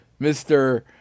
Mr